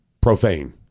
profane